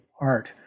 art